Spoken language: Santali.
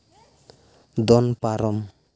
ᱫᱚᱱ ᱯᱟᱨᱚᱢ